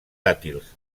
dàtils